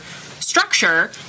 structure